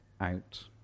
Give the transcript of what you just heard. out